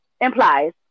implies